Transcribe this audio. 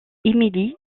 émile